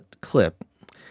clip